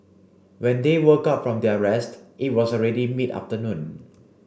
when they woke up from their rest it was already mid afternoon